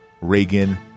Reagan